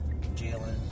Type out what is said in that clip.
Jalen